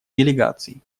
делегаций